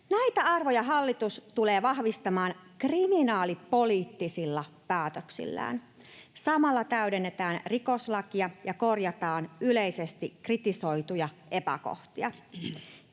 Näitä arvoja hallitus tulee vahvistamaan kriminaalipoliittisilla päätöksillään. Samalla täydennetään rikoslakia ja korjataan yleisesti kritisoituja epäkohtia.